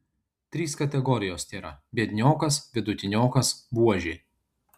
trys kategorijos tėra biedniokas vidutiniokas buožė